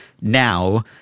now